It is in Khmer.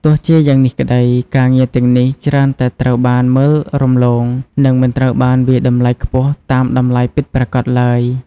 ទោះជាយ៉ាងនេះក្តី ការងារទាំងនេះច្រើនតែត្រូវបានមើលរំលង និងមិនត្រូវបានវាយតម្លៃខ្ពស់តាមតម្លៃពិតប្រាកដឡើយ។